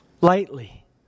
lightly